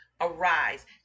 arise